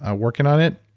ah working on it.